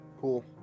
Cool